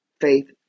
faith